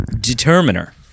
determiner